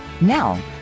Now